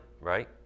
right